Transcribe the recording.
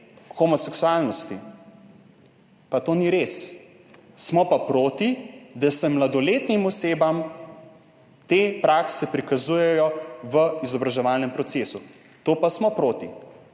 homoseksualnosti, pa to ni res. Smo pa proti temu, da se mladoletnim osebam te prakse prikazujejo v izobraževalnem procesu. To pa smo proti.